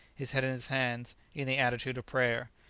his head in his hands, in the attitude of prayer.